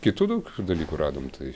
kitų daug dalykų radom taip